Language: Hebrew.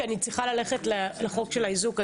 כי אני צריכה ללכת לחוק של האיזוק.